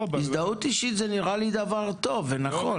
או --- הזדהות אישית נראית לי דבר טוב ונכון.